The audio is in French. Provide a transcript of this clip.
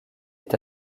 est